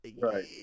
Right